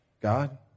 God